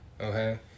Okay